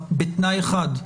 בתנאי אחד,